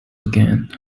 again